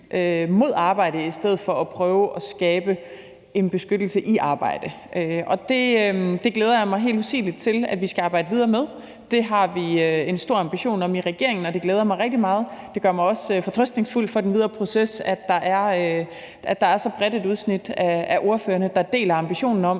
mod arbejdet i stedet for at prøve at skabe en beskyttelse i arbejdet, og det glæder jeg mig helt usigeligt til at vi skal arbejde videre med. Det har vi en stor ambition om i regeringen, og det glæder mig rigtig meget, og det gør mig også fortrøstningsfuld i forhold til den videre proces, at der er så bredt et udsnit af ordførerne, der deler ambitionen om,